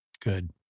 Good